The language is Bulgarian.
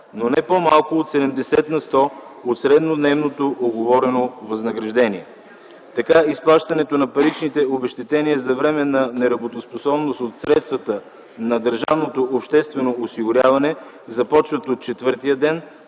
но не по-малко от 70 на сто от среднодневното уговорено възнаграждение. Така изплащането на паричните обезщетения за временна неработоспособност от средствата на държавното обществено осигуряване започват от четвъртия ден